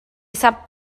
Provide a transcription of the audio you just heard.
sap